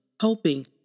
hoping